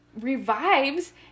revives